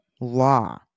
law